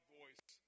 voice